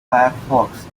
firefox